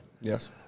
Yes